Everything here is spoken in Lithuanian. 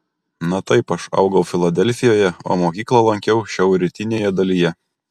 na taip aš augau filadelfijoje o mokyklą lankiau šiaurrytinėje dalyje